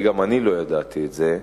כי גם אני לא ידעתי את זה,